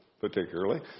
Particularly